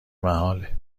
محاله